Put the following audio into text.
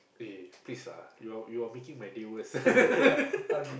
eh please lah you are you are making my day worse